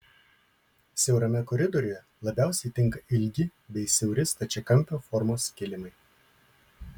siaurame koridoriuje labiausiai tinka ilgi bei siauri stačiakampio formos kilimai